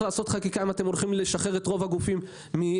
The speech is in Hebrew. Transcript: לעשות חקיקה אם אתם הולכים לשחרר את רוב הגופים מרגולציה.